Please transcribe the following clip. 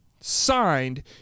signed